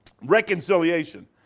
reconciliation